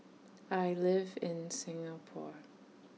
I live in Singapore